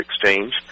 Exchange